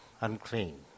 unclean